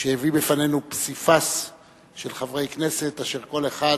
שהביא בפנינו פסיפס של חברי כנסת אשר כל אחד